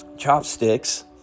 chopsticks